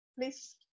please